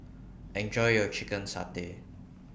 Enjoy your Chicken Satay